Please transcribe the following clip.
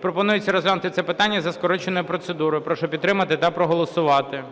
Пропонується розглянути це питання за скороченою процедурою. Прошу підтримати та проголосувати.